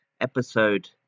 episode